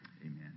Amen